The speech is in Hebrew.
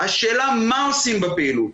השאלה מה עושים בפעילות,